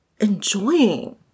enjoying